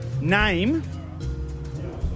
Name